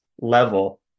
level